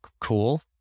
cool